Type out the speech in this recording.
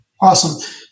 awesome